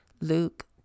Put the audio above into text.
Luke